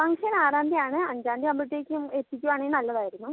function ആറാം തീയ്യതി ആണ് അഞ്ചാം തീയ്യതി ആവുമ്പോഴത്തേക്കും എത്തിക്കുകയാണെങ്കിൽ നല്ലതായിരുന്നു